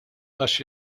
għax